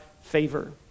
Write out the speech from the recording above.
favor